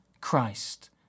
Christ